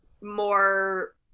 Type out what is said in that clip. more